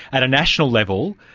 at a national level,